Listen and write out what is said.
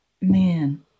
man